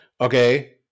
okay